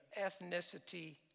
ethnicity